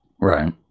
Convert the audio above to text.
right